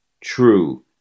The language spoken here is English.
true